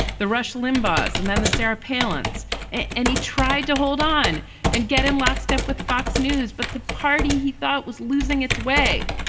the rush limbaugh's and then the sarah palin's at any tried to hold on and get in lockstep with fox news. but the party he thought was losing its way.